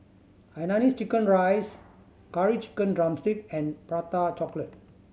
hainanese chicken rice Curry Chicken drumstick and Prata Chocolate